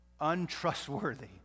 untrustworthy